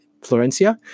Florencia